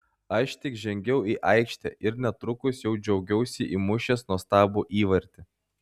aš tik žengiau į aikštę ir netrukus jau džiaugiausi įmušęs nuostabų įvartį